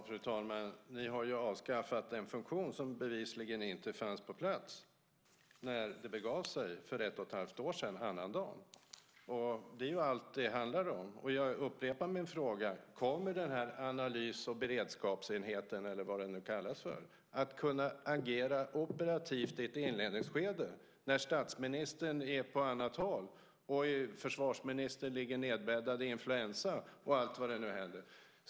Fru talman! Ni har ju avskaffat en funktion som bevisligen inte fanns på plats när det begav sig för ett och ett halvt år sedan, på annandagen. Det är ju allt som det handlar om. Jag upprepar min fråga: Kommer analys och beredskapsenheten, eller vad den nu kallas för, att kunna agera operativt i ett inledningsskede när statsministern är på annat håll, försvarsministern ligger nedbäddad i influensa och allt vad det kan vara?